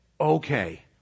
Okay